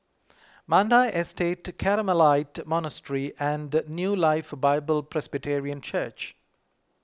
Mandai Estate Carmelite Monastery and New Life Bible Presbyterian Church